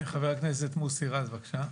חבר הכנסת מוסי רז, בבקשה.